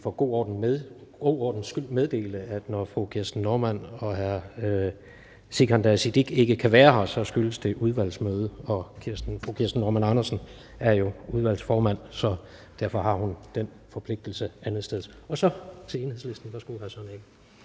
for god ordens skyld meddele, at når fru Kirsten Normann Andersen og hr. Sikandar Siddique ikke kan være her, skyldes det et udvalgsmøde. Og fru Kirsten Normann Andersen er jo udvalgsformand, så derfor har hun den forpligtelse andetsteds. Så går vi til Enhedslisten. Værsgo, hr. Søren Egge